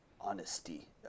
honesty